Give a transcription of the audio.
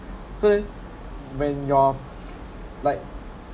so when you're like